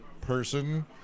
person